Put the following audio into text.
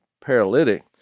paralytic